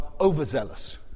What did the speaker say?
overzealous